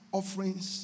offerings